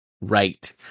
Right